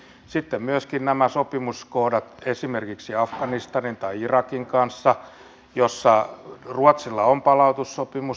sitten myöskin nämä sopimuskohdat esimerkiksi afganistanin tai irakin kanssa jossa ruotsilla on palautussopimus